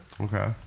Okay